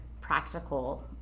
practical